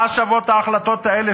מה שוות ההחלטות האלה,